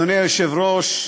אדוני היושב-ראש,